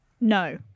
no